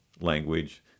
language